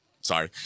Sorry